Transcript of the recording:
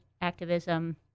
activism